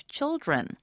Children